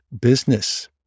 business